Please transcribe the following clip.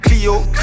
clio